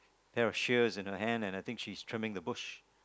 pair of shears in her hand and I think she's trimming the bush